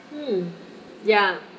mm ya